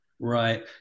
Right